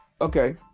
okay